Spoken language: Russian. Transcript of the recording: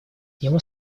ему